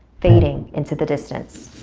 fading into the distance.